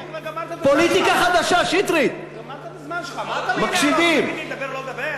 כבר גמרת מהזמן שלך, מה, לדבר, לא לדבר?